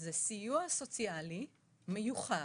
אלא סיוע סוציאלי מיוחד.